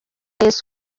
yesu